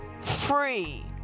free